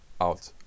out